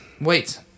Wait